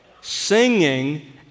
Singing